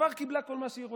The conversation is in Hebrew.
כבר קיבלה כל מה שהיא רוצה.